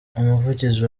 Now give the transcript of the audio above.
umuvugizi